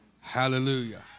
Hallelujah